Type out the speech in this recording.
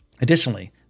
Additionally